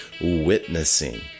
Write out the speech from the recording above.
witnessing